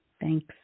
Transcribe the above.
Thanks